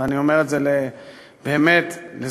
ואני אומר את זה באמת לזכותו.